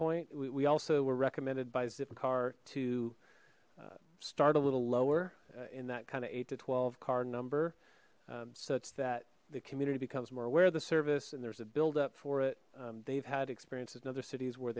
point we also were recommended by zipcar to start a little lower in that kind of eight to twelve car number so it's that the community becomes more aware the service and there's a build up for it they've had experiences in other cities where